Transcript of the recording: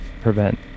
prevent